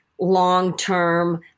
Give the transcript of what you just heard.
long-term